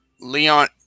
Leon